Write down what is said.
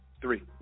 Three